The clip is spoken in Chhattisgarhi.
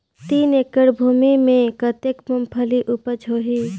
तीन एकड़ भूमि मे कतेक मुंगफली उपज होही?